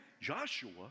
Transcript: Joshua